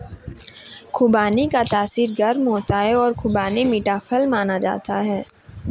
खुबानी का तासीर गर्म होता है और खुबानी मीठा फल माना जाता है